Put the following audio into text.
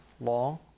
long